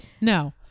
No